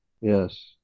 yes